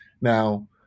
Now